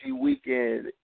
weekend